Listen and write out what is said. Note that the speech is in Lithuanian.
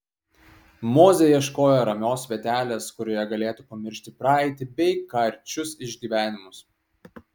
mozė ieškojo ramios vietelės kurioje galėtų pamiršti praeitį bei karčius išgyvenimus